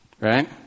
Right